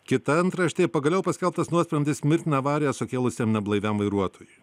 kita antraštė pagaliau paskelbtas nuosprendis mirtiną avariją sukėlusiam neblaiviam vairuotojui